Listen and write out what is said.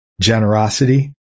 generosity